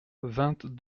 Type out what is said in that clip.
vingt